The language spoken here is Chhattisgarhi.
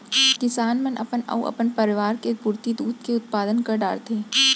किसान मन अपन अउ अपन परवार के पुरती दूद के उत्पादन कर डारथें